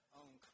own